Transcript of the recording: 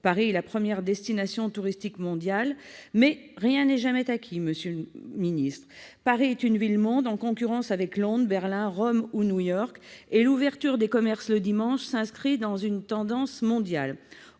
Paris est la première destination touristique mondiale, mais rien n'est jamais acquis. Paris est une ville monde, en concurrence avec Londres, Berlin, Rome ou New York, et l'ouverture des commerces le dimanche s'inscrit dans une tendance mondiale.